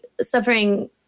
suffering